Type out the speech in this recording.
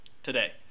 today